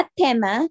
tema